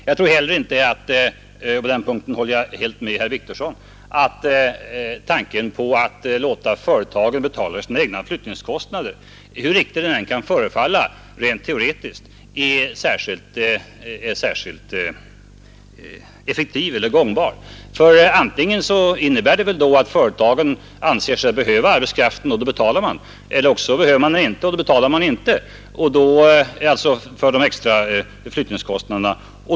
Jag tror heller inte — och på den punkten håller jag helt med herr Wictorsson — att tanken på att låta företagen betala sina egna flyttningskostnader, hur riktig den än kan förefalla rent teoretiskt, är särskilt gångbar. Antingen anser sig väl företagen behöva arbetskraften, och då betalar man, eller också behöver man den inte och då betalar man inte de extra flyttningskostnaderna.